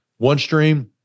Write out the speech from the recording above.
OneStream